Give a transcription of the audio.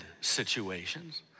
situations